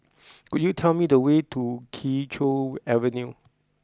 could you tell me the way to Kee Choe Avenue